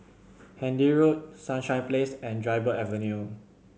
Handy Road Sunshine Place and Dryburgh Avenue